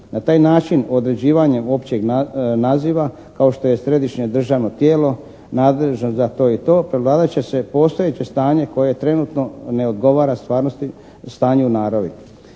Na taj način određivanjem općeg naziva kao što je Središnje državno tijelo nadležno za to i to prevladat će se postojeće stanje koje trenutno ne odgovara stvarnosti stanju …/Govornik